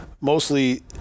mostly